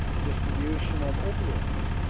distribution of opioids